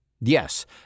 Yes